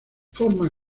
forma